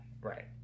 Right